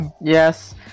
yes